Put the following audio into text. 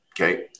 okay